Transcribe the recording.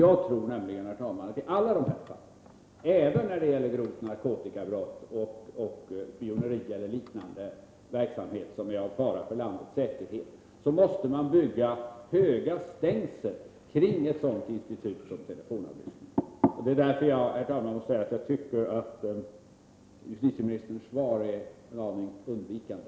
Jag tror nämligen, herr talman, att i alla de här fallen — även när det gäller grovt narkotikabrott och spioneri eller liknande verksamhet som är en fara för landets säkerhet — måste man bygga höga stängsel kring ett sådant institut som telefonavlyssning. Därför måste jag säga att jag tycker att justitieministerns svar är en aning undvikande.